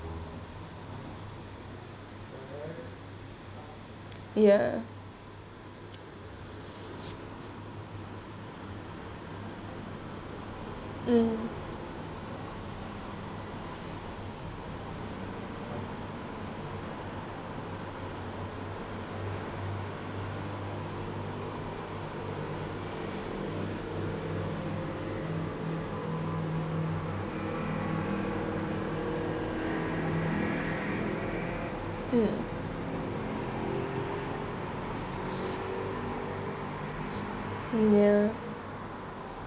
ya uh uh